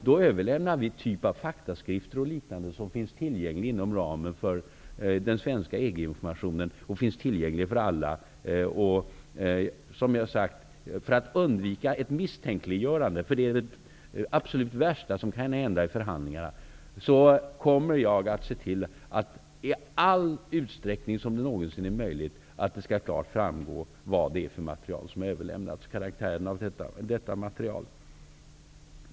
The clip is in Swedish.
Vi överlämnar då den typ av faktaskrifter som finns tillgängliga för alla. För att undvika ett misstänkliggörande -- vilket är det värsta som kan hända i förhandlingarna -- kommer jag att så långt det bara är möjligt se till att det skall framgå vilket material som har överlämnats och vilken karaktär det har.